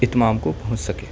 اتمام کو پہنچ سکے